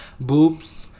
Boobs